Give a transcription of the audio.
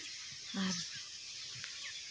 ᱟᱨ